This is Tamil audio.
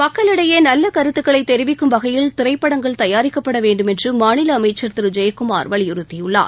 மக்களிடையே நல்ல கருத்துக்களை தெரிவிக்கும் வகையில் திரைப்படங்கள் தயாரிக்கப்பட வேண்டுமென்று மாநில அமைச்சர் திரு ஜெயக்குமார் வலியுறுத்தியுள்ளார்